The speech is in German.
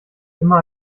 immer